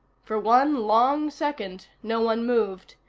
for one long second no one moved,